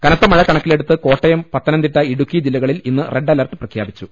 കനത്ത മഴ കണക്കിലെടുത്ത് കോട്ടയം പത്തനംതിട്ട ഇടുക്കി ജില്ലകളിൽ ഇന്ന് റെഡ് അലർട്ട് പ്രഖ്യാപിച്ചു